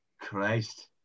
Christ